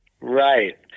Right